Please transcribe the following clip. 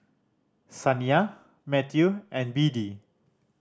Saniyah Mathew and Beadie